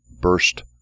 burst